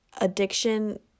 Addiction